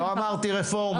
לא אמרתי רפורמה.